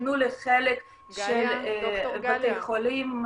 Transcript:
הותקנו לחלק של בתי חולים,